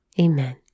Amen